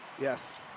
yes